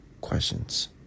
Questions